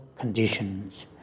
conditions